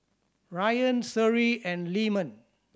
Ryan Seri and Leman